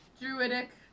Druidic